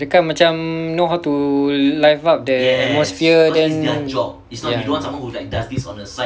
kirakan macam know how to live up the atmosphere then ya